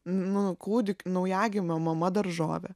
nu kūdik naujagimio mama daržovė